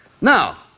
Now